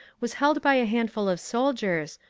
was held by a handful of soldiers,